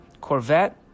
Corvette